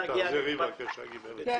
תחזרי בבקשה, גברת.